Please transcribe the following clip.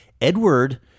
Edward